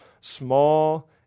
small